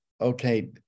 okay